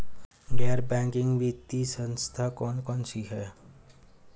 गैर बैंकिंग वित्तीय संस्था कौन कौन सी हैं?